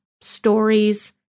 stories